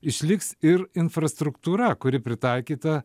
išliks ir infrastruktūra kuri pritaikyta